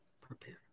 Prepare